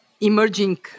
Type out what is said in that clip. emerging